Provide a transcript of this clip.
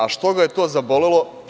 A što ga je to zabolelo?